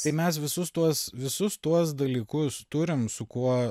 tai mes visus tuos visus tuos dalykus turim su kuo